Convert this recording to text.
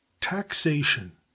Taxation